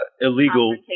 illegal